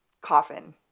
coffin